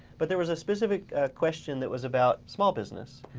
but there was a specific question that was about small business.